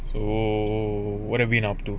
so what have been up to